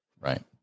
Right